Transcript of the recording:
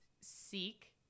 seek